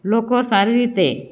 લોકો સારી રીતે